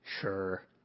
Sure